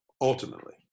Ultimately